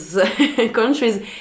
countries